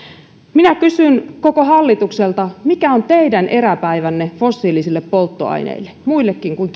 minä kysyn koko hallitukselta mikä on teidän eräpäivänne fossiilisille polttoaineille muillekin kuin